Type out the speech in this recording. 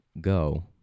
go